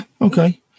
okay